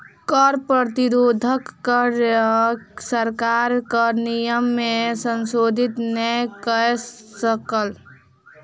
कर प्रतिरोधक कारणेँ सरकार कर नियम में संशोधन नै कय सकल